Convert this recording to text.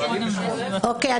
אוקיי.